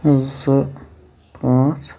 زٕ پانٛژھ